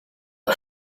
und